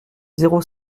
zéro